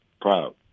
Proud